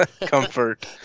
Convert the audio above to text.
comfort